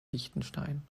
liechtenstein